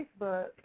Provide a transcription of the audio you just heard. Facebook